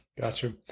Gotcha